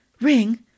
Ring